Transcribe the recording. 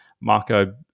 Marco